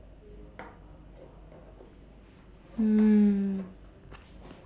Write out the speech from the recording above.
mm